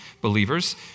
believers